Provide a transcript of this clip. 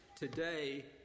Today